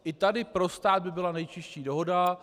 I tady by pro stát byla nejčistší dohoda.